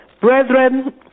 Brethren